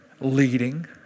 leading